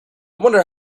wonder